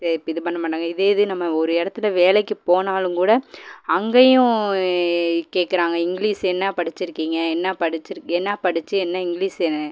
தே இது பண்ணமாட்டாங்கள் இதே இது நம்ம ஒரு இடத்துல வேலைக்கு போனாலும் கூட அங்கேயும் கேட்குறாங்க இங்கிலீஸ் என்ன படிச்சிருக்கீங்கள் என்ன படிச்சிரு என்ன படித்து என்ன இங்கிலீஸு